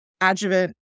adjuvant